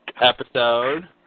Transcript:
episode